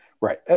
Right